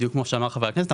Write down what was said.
בדיוק כמו שאמר חבר הכנסת,